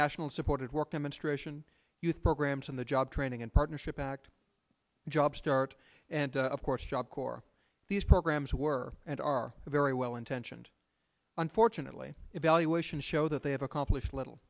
national supported work demonstration youth programs on the job training in partnership act job start and of course job corps these programs were and are very well intentioned unfortunately evaluations show that they have accomplished little